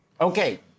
okay